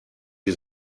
sie